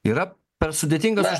yra per sudėtingas